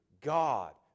God